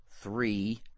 three